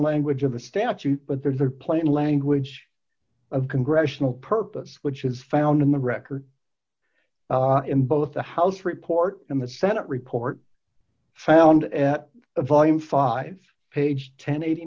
language of the statute but there's the plain language of congressional purpose which is found in the record in both the house report in the senate report found at a volume five page ten